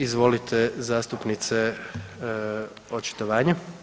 Izvolite zastupnice očitovanje.